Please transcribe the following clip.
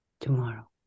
tomorrow